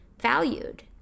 valued